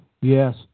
Yes